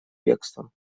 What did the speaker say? бегством